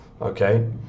okay